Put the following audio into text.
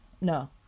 no